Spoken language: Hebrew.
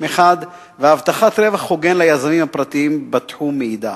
מחד והבטחת רווח הוגן ליזמים הפרטיים בתחום מאידך.